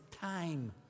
time